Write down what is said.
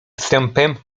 wstępem